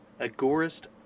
Agorist